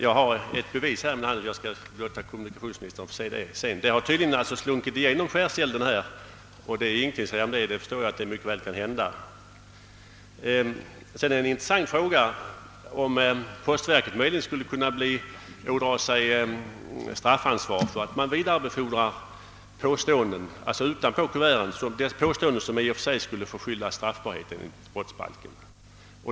Jag har ett bevis här i min hand, som jag senare skall låta kommunikationsministern ta del av. Det har tydligen slunkit igenom skärselden, och det är ingenting att säga om den saken, ty jag förstår att sådant mycket väl kan inträffa. En intressant fråga i sammanhanget är om postverket möjligen skulle kunna ådraga sig straffansvar för att det vidarebefordrar påståenden utanpå kuvert som i och för sig skulle förskylla straffbarhet enligt brottsbalken.